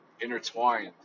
intertwined